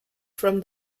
from